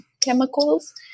chemicals